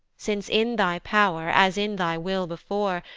since in thy pow'r, as in thy will before,